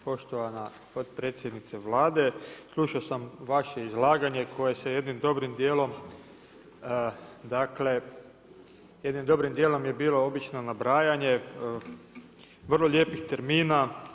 Poštovana potpredsjednice Vlade, slušao sam vaše izlaganje koje se jednim dobrim dijelom dakle, jednim dobrim djelom je bilo obično nabrajanje vrlo lijepih termina.